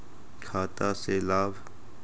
खाता से लाभ?